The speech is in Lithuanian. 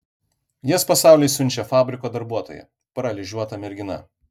jas pasauliui siunčia fabriko darbuotoja paralyžiuota mergina